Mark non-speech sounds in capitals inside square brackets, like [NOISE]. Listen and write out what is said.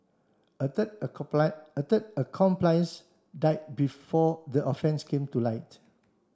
a third [UNINTELLIGIBLE] a third accomplice died before the offences came to light